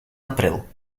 april